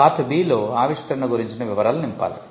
part B లో ఆవిష్కరణ గురించిన వివరాలు నింపాలి